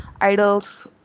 idols